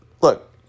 Look